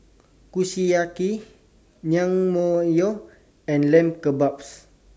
Kushiyaki Naengmyeon and Lamb Kebabs